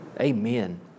Amen